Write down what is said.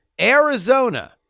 Arizona